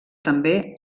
també